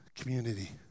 community